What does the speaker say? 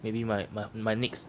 maybe my my my next